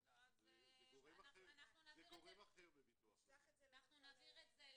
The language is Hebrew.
אז על אחת כמה וכמה אם הוא עם מום